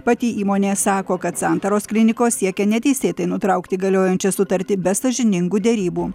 pati įmonė sako kad santaros klinikos siekia neteisėtai nutraukti galiojančią sutartį be sąžiningų derybų